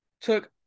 took